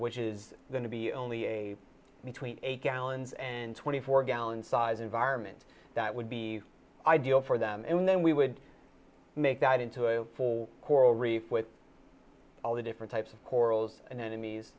which is going to be only a between eight gallons and twenty four gallon size environments that would be ideal for them and then we would make that into a full coral reef with all the different types of corals and enemies